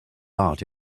art